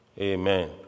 Amen